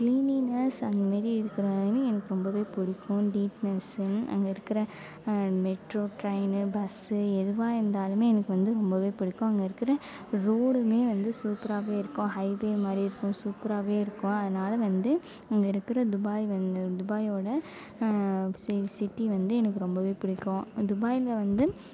cleanliness அதுமாதிரி இருக்கிற எனக்கு ரொம்ப பிடிக்கும் நீட்னஸு அங்கே இருக்கிற மெட்ரோ ட்ரெயினு பஸ்ஸு எதுவாக இருந்தாலும் எனக்கு வந்து ரொம்ப பிடிக்கும் அங்கே இருக்கிற ரோடும் வந்து சூப்பராகவே இருக்கும் ஹைவே மாதிரி இருக்கும் சூப்பராகவே இருக்கும் அதனால வந்து இங்கே இருக்கிற துபாய் வந்து துபாயோட சிட்டி வந்து எனக்கு ரொம்ப பிடிக்கும் துபாயில் வந்து